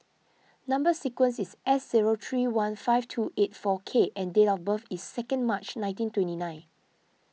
Number Sequence is S zero three one five two eight four K and date of birth is second March nineteen twenty nine